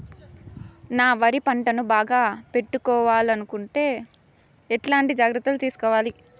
నా వరి పంటను బాగా పెట్టుకోవాలంటే ఎట్లాంటి జాగ్రత్త లు తీసుకోవాలి?